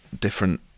different